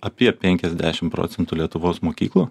apie penkiasdešim procentų lietuvos mokyklų